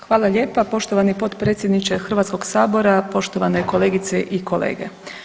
Hvala lijepo, poštovani potpredsjedniče Hrvatskog sabora, poštovane kolegice i kolege.